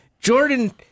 Jordan